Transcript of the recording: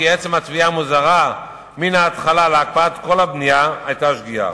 כי עצם התביעה המוזרה מן ההתחלה להקפאת כל הבנייה היתה שגיאה.